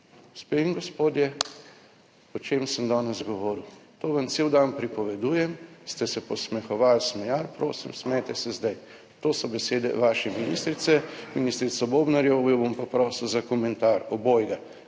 Gospe in gospodje, o čem sem danes govoril? To vam cel dan pripovedujem, ste se posmehovali, smejali. Prosim, smejte se zdaj, to so besede vaše ministrice. Ministrico Bobnarjevo, jo bom pa prosil za komentar obojega,